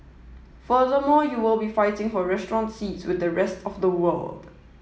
furthermore you will be fighting for restaurant seats with the rest of the world